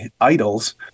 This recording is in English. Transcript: idols